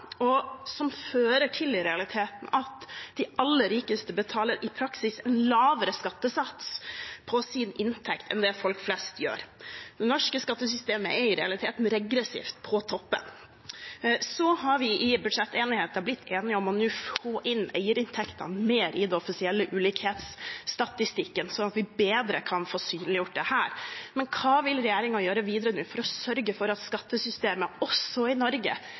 som fører til at de aller rikeste i praksis betaler en lavere skattesats på sin inntekt enn det folk flest gjør. Det norske skattesystemet er i realiteten regressivt på toppen. Vi har i budsjettenigheten blitt enige om å få inn eierinntektene mer i den offisielle ulikhetsstatistikken, sånn at vi bedre kan få synliggjort dette. Hva vil regjeringen nå gjøre videre for å sørge for at skattesystemet også i Norge